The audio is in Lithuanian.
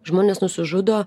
žmonės nusižudo